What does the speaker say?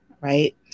right